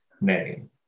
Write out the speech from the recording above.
name